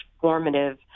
formative